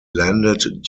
landed